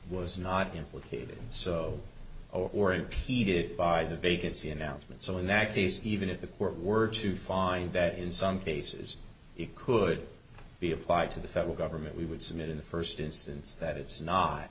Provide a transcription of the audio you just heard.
was not implicated so or impeded by the vacancy announcement so in that case even if the court were to find that in some cases it could be applied to the federal government we would submit in the first instance that it's not